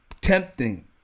tempting